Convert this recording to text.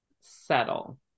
settle